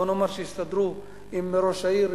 בוא נאמר שיסתדרו עם ראש העיר,